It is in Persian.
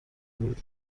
بود